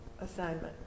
assignment